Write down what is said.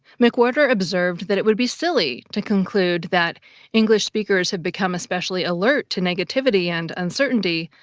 mcwhorter observes that it would be silly to conclude that english speakers have become especially alert to negativity and uncertainty,